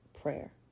Prayer